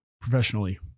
professionally